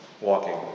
walking